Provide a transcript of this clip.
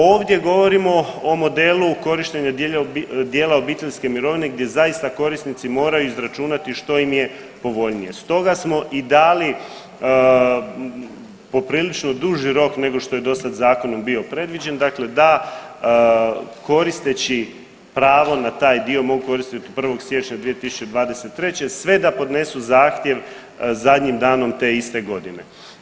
Ovdje govorimo o modelu u korištenju dijela obiteljske mirovine gdje zaista korisnici moraju izračunati što im je povoljnije, stoga smo i dali poprilično duži rok nešto što je dosad zakonom bio predviđen, dakle da koristeći pravo na taj dio mogu koristiti od 1. siječnja 2023. sve da podnesu zahtjev zadnjim danom te iste godine.